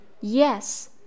Yes